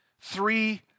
three